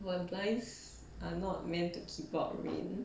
but blinds are not meant to keep out rain